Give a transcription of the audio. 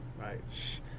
Right